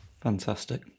Fantastic